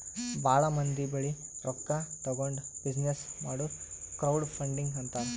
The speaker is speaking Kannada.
ಭಾಳ ಮಂದಿ ಬಲ್ಲಿ ರೊಕ್ಕಾ ತಗೊಂಡ್ ಬಿಸಿನ್ನೆಸ್ ಮಾಡುರ್ ಕ್ರೌಡ್ ಫಂಡಿಂಗ್ ಅಂತಾರ್